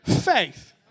faith